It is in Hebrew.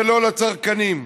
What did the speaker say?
ולא לצרכנים.